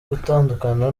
gutandukana